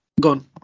gone